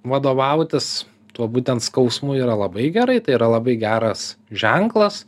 vadovautis tuo būtent skausmu yra labai gerai tai yra labai geras ženklas